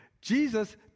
Jesus